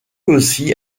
aussi